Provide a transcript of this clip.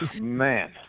Man